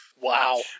Wow